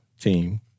team